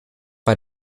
bei